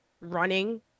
running –